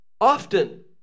often